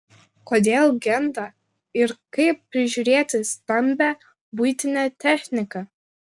kodėl genda ir kaip prižiūrėti stambią buitinę techniką